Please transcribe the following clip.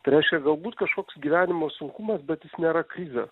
tai reiškia galbūt kažkoks gyvenimo sunkumas bet jis nėra krizė